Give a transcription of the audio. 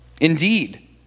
Indeed